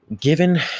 given